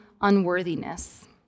unworthiness